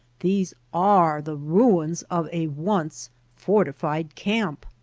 these are the ruins of a once fortified camp.